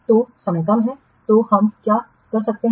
तो समय कम है तो हम क्या कर सकते हैं